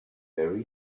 buried